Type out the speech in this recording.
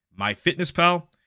MyFitnessPal